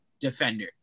defender